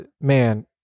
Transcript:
man